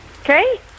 Okay